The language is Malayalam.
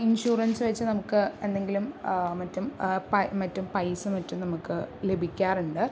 ഇൻഷുറൻസ് വെച്ച് നമുക്ക് എന്തെങ്കിലും മറ്റും പൈ മറ്റും പൈസയും മറ്റും നമുക്ക് ലഭിക്കാറുണ്ട്